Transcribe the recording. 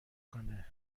کنه